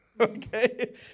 okay